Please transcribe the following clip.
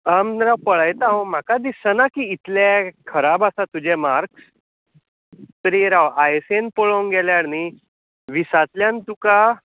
आं पळयता हांव म्हाका दिसना की इतले खराब आसा तुजे मार्क्स तरी राव आय एसयेन पळोवंक गेल्यार नी विसांतल्यान तुका